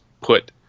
put